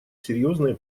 серьезные